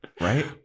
right